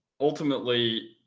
ultimately